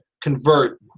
convert